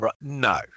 No